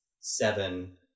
seven